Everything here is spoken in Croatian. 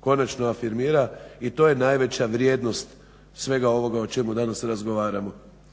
konačno afirmira. I to je najveća vrijednost svega ovoga o čemu danas razgovaramo.